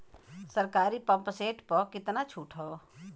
सरकारी pump set प कितना छूट हैं?